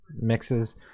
mixes